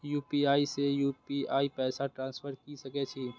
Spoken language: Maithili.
यू.पी.आई से यू.पी.आई पैसा ट्रांसफर की सके छी?